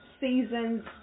seasons